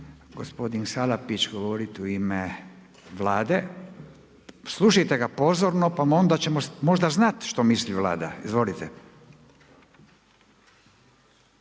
gospodin Salapić govoriti u ime Vlade. Slušajte ga pozorno, pa ona ćemo možda znati što misli Vlada. Izvolite.